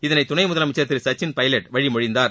இதனை துணை முதலமைச்சர் திரு சச்சின் பைலட் வழிமொழிந்தார்